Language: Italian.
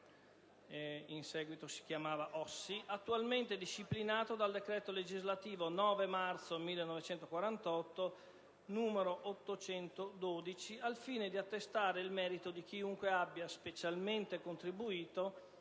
solidarietà italiana, (OSSI), attualmente disciplinato dal decreto legislativo 9 marzo 1948, n. 812, al fine di attestare il merito di chiunque abbia specialmente contribuito